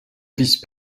vice